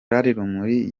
rumuri